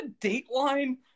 dateline